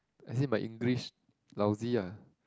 is it my English lousy ah